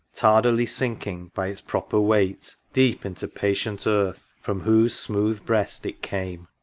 tardily sinking by its proper weight deep into patient earth, from whose smooth breast it came!